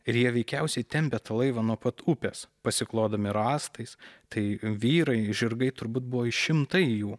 ir jie veikiausiai tempė tą laivą nuo pat upės pasiklodami rąstais tai vyrai žirgai turbūt buvo šimtai jų